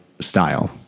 style